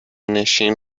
نشین